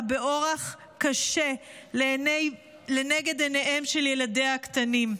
באורח קשה לנגד עיניהם של ילדיה הקטנים.